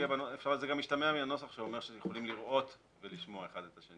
זה גם משתמע מהנוסח שאומר שיכולים לראות ולשמוע אחד את השני.